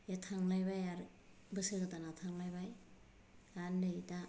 बे थांलायबाय आरो बोसोर गोदाना थांलायबोय आरो नै दा